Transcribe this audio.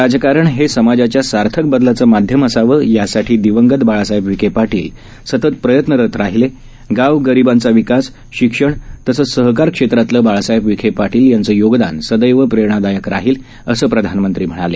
राजकारण हे समाजाच्या सार्थक बदलाचं माध्यम असावं यासाठी दिवंगत बाळासाहेब विखे पाटील सतत प्रयत्नरत राहिले गाव गरीबांचा विकास शिक्षण तसंच सहकार क्षेत्रातलं बाळासाहेब विखे पाटील यांचं योगदान सदैव प्रेरणादायक राहील असं प्रधानमंत्री म्हणाले